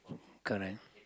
correct